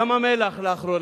ים-המלח לאחרונה.